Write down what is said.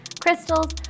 crystals